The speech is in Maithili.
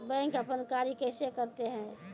बैंक अपन कार्य कैसे करते है?